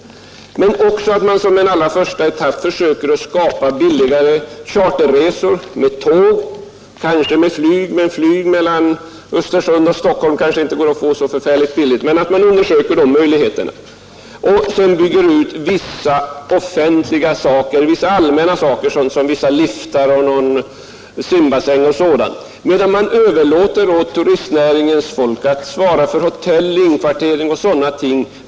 Men det har också sin betydelse att man som en allra första etapp försöker skapa billigare charterresor med tåg och kanske med flyg. Flyg mellan Östersund och Stockholm torde dock inte gå att få så billigt — alla dessa möjligheter bör emellertid undersökas. Sedan skall man också bygga ut vissa allmänna saker i området — liftar, simbassänger osv. — medan man överlåter åt turistnäringens folk att svara för hotell, inkvartering och sådana ting.